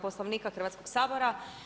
Poslovnika Hrvatskog sabora.